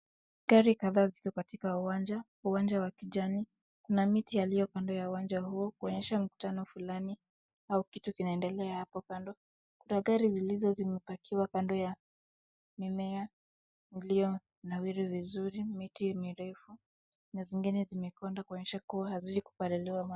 Gari kadhaa ziko katika uwanja, uwanja wa kijani, na miti iliyo kando ya uwanja huo kuonyesha mkutano fulani au kitu kinaendelea hapo kando, kuna gari zilizopakiwa hapo kando ya mimea iliyonawiri vizuri, miti mirefu na zingine zimekonda kuonyesha kuwa hazikupaliliwa.